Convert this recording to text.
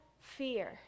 fear